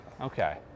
okay